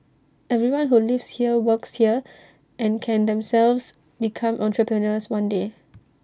everyone who lives here works here and can themselves become entrepreneurs one day